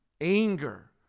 anger